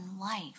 life